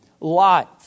life